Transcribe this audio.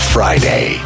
Friday